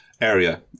area